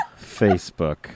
facebook